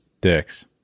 dicks